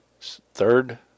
third